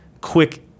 quick